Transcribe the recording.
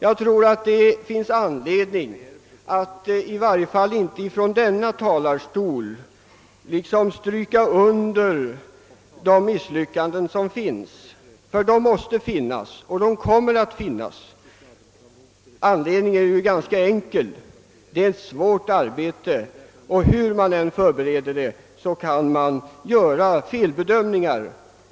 Jag tror att det finns anledning att, i varje fall inte från denna talarstol, tala försiktigt om misslyckanden så länge vi inte har bevis. Misslyckanden måste förekomma. Anledningen är ju ganska enkel: det är ett svårt arbete och hur man än förbereder det kan man göra felbedömningar.